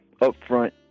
upfront